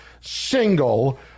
single